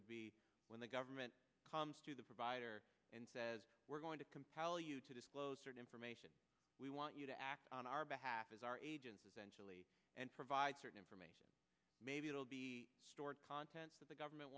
would be when the government comes to the provider and says we're going to compel you to disclose certain information we want you to act on our behalf as our agents essentially and provide certain information maybe it'll be stored contents of the government